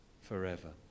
forever